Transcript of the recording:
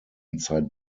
inside